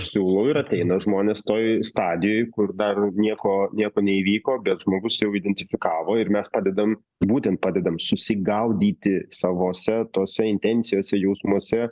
siūlau ir ateina žmonės toj stadijoj kur dar nieko nieko neįvyko bet žmogus jau identifikavo ir mes padedam būtent padedam susigaudyti savose tose intencijose jausmuose